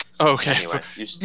Okay